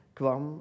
kwam